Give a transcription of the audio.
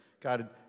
God